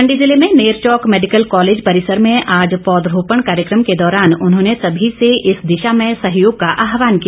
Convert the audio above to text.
मंडी जिले में Nerchowk medical college परिसर में आज पौधरोपण कार्यक्रम के दौरान उन्होंने सभी से इस दिशा में सहयोग का आहवान किया